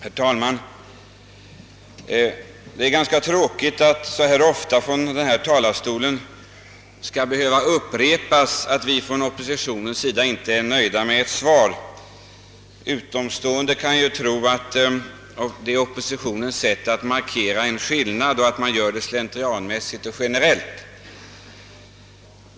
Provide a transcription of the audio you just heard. Herr talman! Det är ganska tråkigt att det så ofta från denna talarstol skall behöva sägas att vi från oppositionens sida inte är nöjda med ett svar. Utomstående kan ju förledas tro att det är oppositionens sätt att markera en skillnad och att vi gör det slentrianmässigt och generellt.